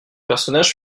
personnage